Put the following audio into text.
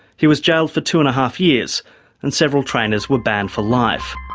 he was jailed for two-and-a-half years and several trainers were banned for life.